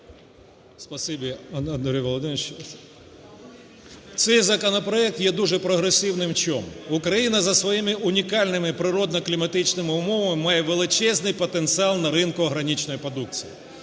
Спасибі, Андрій Володимирович. Цей законопроект є дуже прогресивним у чому? Україна за своїми природо-кліматичними умовами має величезний потенціал на ринку органічної продукції.